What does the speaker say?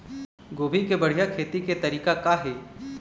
गोभी के बढ़िया खेती के तरीका का हे?